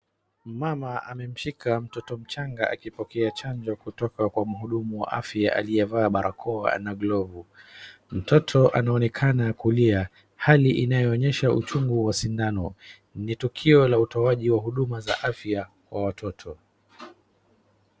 Mmama amemshika mtoto mchanga akipokoea chanjo kutoka kwa mhudumu wa afya aliyevaa barakoa na glovu . Mtoto anaonekana kulia, hali inayoonyesha uchungu wa sindano. Ni tukio la utoaji wa huduma za afya kwa watoto.